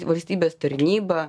valstybės tarnyba